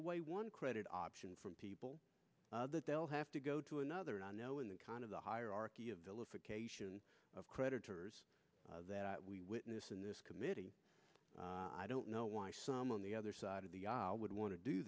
away one credit option from people that they'll have to go to another not knowing the kind of the hierarchy of vilification of creditors that we witness in this committee i don't know why some on the other side of the aisle would want to do